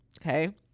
okay